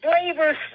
flavors